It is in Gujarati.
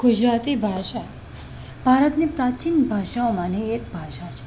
ગુજરાતી ભાષા ભારતની પ્રાચીન ભાષાઓમાંની એક ભાષા છે